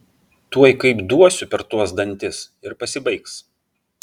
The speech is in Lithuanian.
tuoj kaip duosiu per tuos dantis ir pasibaigs